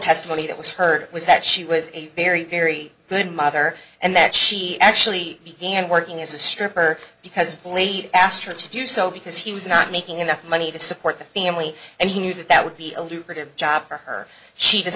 testimony that was heard was that she was a very very good mother and that she actually began working as a stripper because the lady asked her to do so because he was not making enough money to support the family and he knew that that would be a lucrative job for her she does